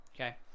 okay